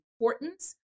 importance